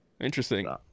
interesting